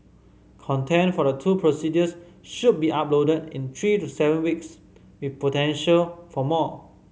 content for the two procedures should be uploaded in three to seven weeks with potential for more